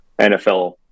NFL